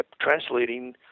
translating